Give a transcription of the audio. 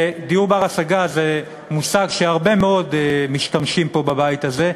דיור בר-השגה זה מושג שהרבה מאוד משתמשים בו פה בבית הזה,